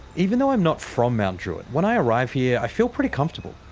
even though i'm not from mount druitt, when i arrive here i feel pretty comfortable.